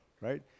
right